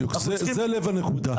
זה לב הנקודה.